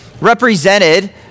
represented